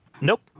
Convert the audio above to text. Nope